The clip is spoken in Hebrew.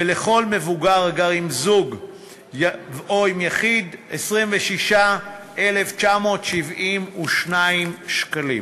ולכל מבוגר הגר עם זוג או עם יחיד, 26,972 שקלים.